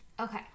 Okay